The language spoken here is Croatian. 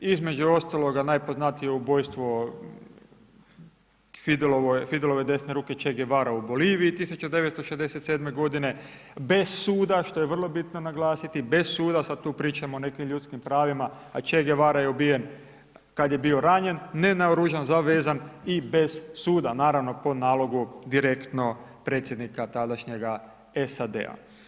Između ostaloga najpoznatije ubojstvo Fidelove desne ruke Che Guevara u Boliviji 1967. godine, bez suda što je vrlo bitno naglasiti, bez suda, sada tu pričamo o nekim ljudskim pravima a Che Guevara je ubijen kada je bio ranjen, ne naoružan, zavezan i bez suda, naravno po nalogu direktno predsjednika tadašnjega SAD-a.